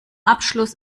abschluss